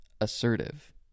assertive